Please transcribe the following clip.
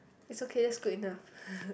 is okay is good enough